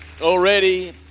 already